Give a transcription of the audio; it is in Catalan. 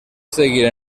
seguir